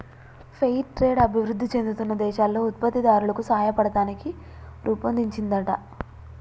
fair trade అభివృధి చెందుతున్న దేశాల్లో ఉత్పత్తి దారులకు సాయపడతానికి రుపొన్దించిందంట